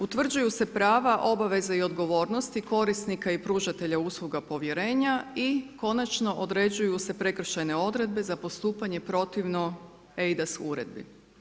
Utvrđuju se prava, obaveze i odgovornosti korisnika i pružatelja usluga povjerenja i konačno određuju se prekršajne odredbe za postupanje protivno eIDAS Uredbi.